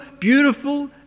beautiful